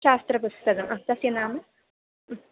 शास्त्रपुस्तकं ह तस्य नाम